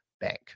bank